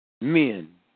Men